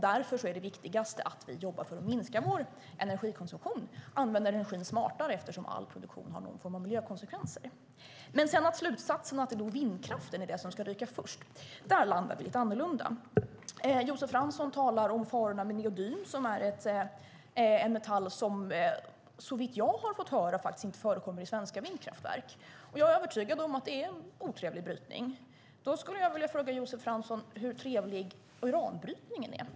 Därför är det viktigast att vi arbetar för att minska vår energikonsumtion, använder energin smartare eftersom all produktion har någon form av miljökonsekvenser. Men i fråga om slutsatsen att vindkraften ska ryka först landar vi lite annorlunda. Josef Fransson talar om farorna med neodym, som är en metall som, såvitt jag har fått höra, inte förekommer i svenska vindkraftverk. Jag är övertygad om att det är en otrevlig brytning. Hur trevlig är uranbrytningen, Josef Fransson?